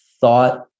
thought